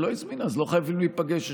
לא הזמין, אז לא חייבים להיפגש.